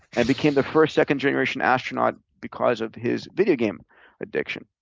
and became the first second-generation astronaut because of his video game addiction.